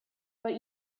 but